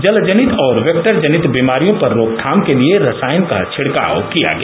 जलजनित और वेक्टरजनित बीमारियों पर रोकथाम के लिए रसायन का छिड़काव किया गया